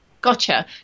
Gotcha